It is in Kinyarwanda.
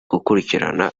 gukurikirana